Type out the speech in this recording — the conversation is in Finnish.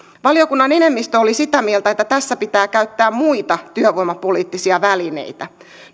valiokunnan enemmistö oli sitä mieltä että tässä pitää käyttää muita työvoimapoliittisia välineitä